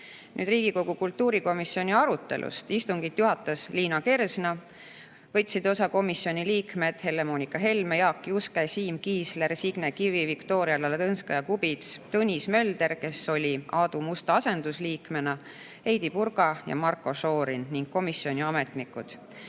Nüüd Riigikogu kultuurikomisjoni arutelust. Istungit juhatas Liina Kersna, osa võtsid komisjoni liikmed Helle-Moonika Helme, Jaak Juske, Siim Kiisler, Signe Kivi, Viktoria Ladõnskaja-Kubits, Tõnis Mölder Aadu Musta asendusliikmena, Heidy Purga, Marko Šorin ning komisjoni ametnikud.